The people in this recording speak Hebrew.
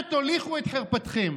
אנה תוליכו את חרפתכם?